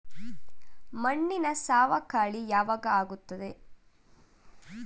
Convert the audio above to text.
ಮಣ್ಣಿನ ಸವಕಳಿ ಯಾವಾಗ ಆಗುತ್ತದೆ?